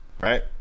right